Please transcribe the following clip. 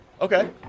Okay